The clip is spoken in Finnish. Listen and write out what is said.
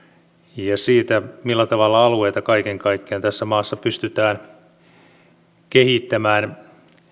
ja siitä millä tavalla alueita kaiken kaikkiaan tässä maassa pystytään kehittämään